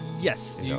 yes